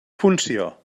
funció